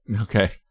Okay